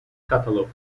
catalogs